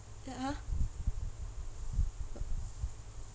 then ha